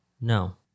no